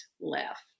left